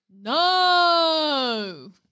No